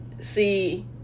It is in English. see